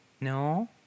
No